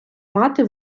мати